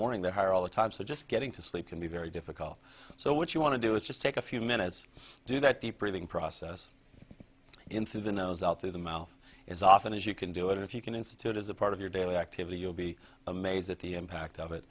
morning they're higher all the time so just getting to sleep can be very difficult so what you want to do is just take a few minutes to do that deep breathing process in through the nose out through the mouth as often as you can do it if you can institute is a part of your daily activity you'll be amazed at the impact of it